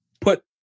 put